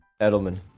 Edelman